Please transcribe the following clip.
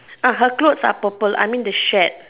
uh her clothes are purple I mean the shed